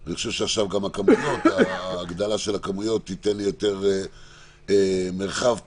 אני מקווה שההגדלה של הכמויות תיתן מרחב פעולה.